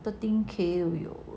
thirteen K 都有